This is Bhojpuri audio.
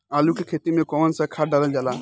आलू के खेती में कवन सा खाद डालल जाला?